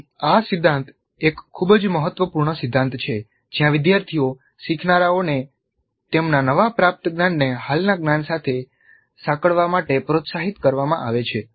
તેથી આ સિદ્ધાંત એક ખૂબ જ મહત્વપૂર્ણ સિદ્ધાંત છે જ્યાં વિદ્યાર્થીઓ શીખનારાઓને તેમના નવા પ્રાપ્ત જ્ઞાનને હાલના જ્ઞાન સાથે સાંકળવા માટે પ્રોત્સાહિત કરવામાં આવે છે